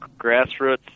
grassroots